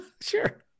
Sure